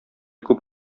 күп